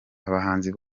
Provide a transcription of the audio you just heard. abahanzi